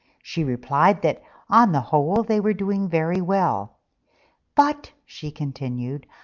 she replied that on the whole they were doing very well but, she continued,